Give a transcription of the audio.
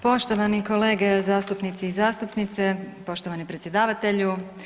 Poštovani kolege zastupnici i zastupnice, poštovani predsjedavatelju.